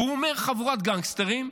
והוא אומר "חבורת גנגסטרים",